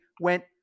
went